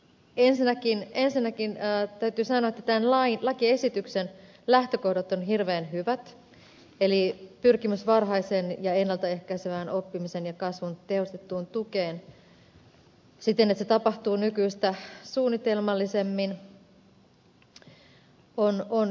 ensinnäkin täytyy sanoa että tämän lakiesityksen lähtökohdat ovat hirveän hyvät eli pyrkimys oppimisen ja kasvun varhaisen ja ennalta ehkäisevän tehostettuun tukeen siten että se tapahtuu nykyistä suunnitelmallisemmin on hyvä